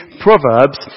proverbs